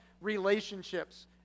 relationships